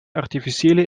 artificiële